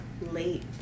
late